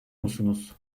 musunuz